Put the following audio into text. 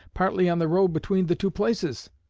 partly on the road between the two places.